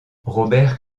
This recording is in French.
robert